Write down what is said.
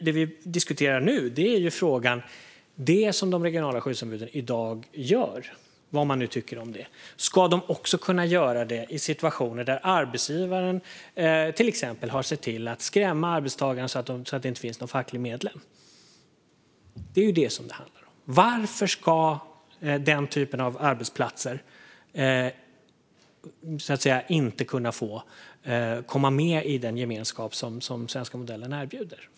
Det vi diskuterar nu är frågan om det som de regionala skyddsombuden i dag gör, vad man nu tycker om det, också ska kunna göras i situationer där arbetsgivaren till exempel har sett till att skrämma arbetstagarna så att det inte finns någon facklig medlem. Det är det som det handlar om. Varför ska sådana arbetsplatser inte kunna få komma med i den gemenskap som den svenska modellen erbjuder?